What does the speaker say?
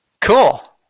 Cool